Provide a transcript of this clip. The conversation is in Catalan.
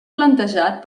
plantejat